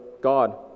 God